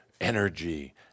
energy